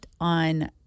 on